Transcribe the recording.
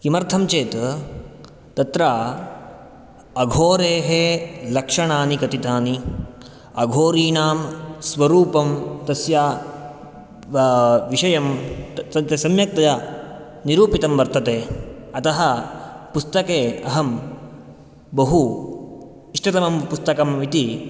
किमर्थं चेत् तत्र अघोरेः लक्षणानि कथितानि अघोरीणां स्वरूपं तस्य विषयं त् त् सम्यक्तया निरूपितं वर्तते अतः पुस्तके अहं बहु इष्टतमं पुस्तकम् इति